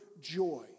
joy